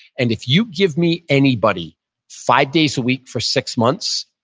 and if you give me anybody five days a week for six months,